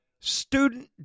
Student